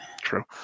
True